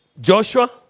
Joshua